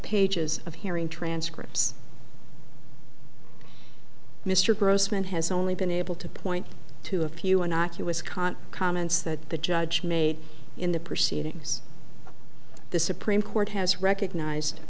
pages of hearing transcripts mr grossman has only been able to point to a few and not us caught comments that the judge made in the proceedings the supreme court has recognized